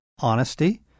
honesty